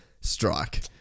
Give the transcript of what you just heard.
Strike